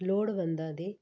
ਲੋੜਵੰਦਾਂ ਦੇ